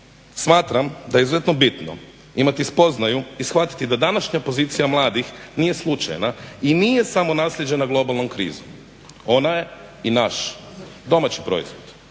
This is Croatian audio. Smatram da je izuzetno bitno imati spoznaju i shvatiti da današnja pozicija mladih nije slučajna i nije samo naslijeđena globalnom krizom. Ona je i naš domaći proizvod,